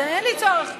אז אין לי צורך.